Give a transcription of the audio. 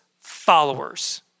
followers